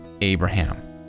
Abraham